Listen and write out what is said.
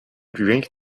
drink